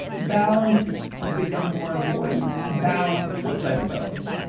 balance has become more important, balance. what type of balance?